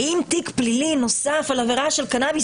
האם תיק פלילי נוסף על עבירה של קנאביס,